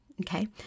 okay